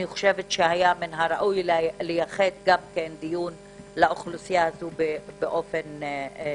היה מן הראוי לייחד גם דיון לאוכלוסייה הזו באופן ייחודי.